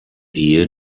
ehe